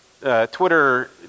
Twitter